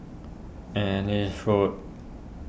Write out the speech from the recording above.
Ellis Road